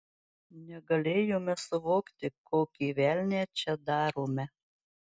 negalėjome suvokti kokį velnią čia darome